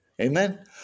Amen